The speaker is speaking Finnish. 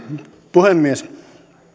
puhemies